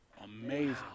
amazing